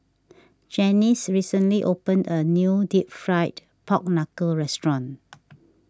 Janis recently opened a new Deep Fried Pork Knuckle restaurant